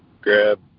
grab